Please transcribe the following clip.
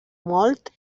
mòlt